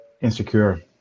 insecure